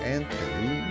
Anthony